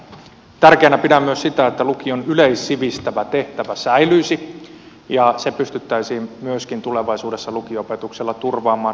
tärkeänä pidän myös sitä että lukion yleissivistävä tehtävä säilyisi ja se pystyttäisiin myöskin tulevaisuudessa lukio opetuksella turvaamaan